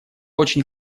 очень